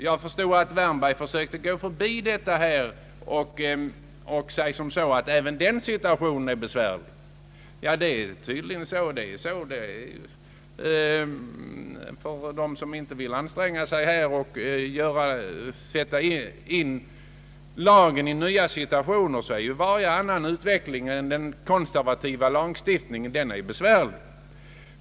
Jag förstod att herr Wärnberg ville komma förbi detta när han sade att även den situationen är besvärlig. För den som inte vill anstränga sig och sätta in lagen i nya situationer är tydligen varje annan utveckling än den konservativa lagstiftningen besvärlig.